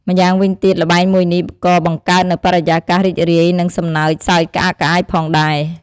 ម្យ៉ាងវិញទៀត ល្បែងមួយនេះក៏បង្កើតនូវបរិយាកាសរីករាយ និងសំណើចសើចក្អាកក្អាយផងដែរ។